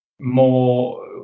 more